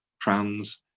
trans